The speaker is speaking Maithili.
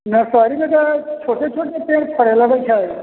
नर्सरी मे तऽ छोटे छोटे पेड़ फड़ै लगै छै